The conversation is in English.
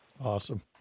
Awesome